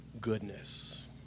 goodness